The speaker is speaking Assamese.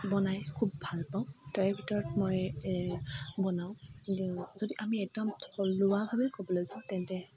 বনাই খুব ভালপাওঁ তাৰে ভিতৰত মই বনাওঁ যদি আমি একদম থলুৱা ভাৱে ক'বলৈ যাওঁ তেন্তে